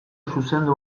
zuzendu